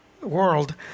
world